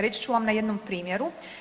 Reći ću vam na jednom primjeru.